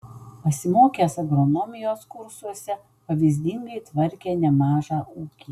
pasimokęs agronomijos kursuose pavyzdingai tvarkė nemažą ūkį